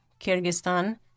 Kyrgyzstan